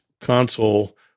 console